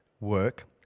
work